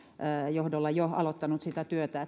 johdolla jo aloittanut sitä työtä